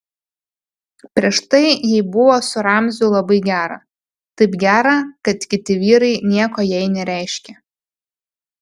prieš tai jai buvo su ramziu labai gera taip gera kad kiti vyrai nieko jai nereiškė